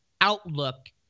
outlook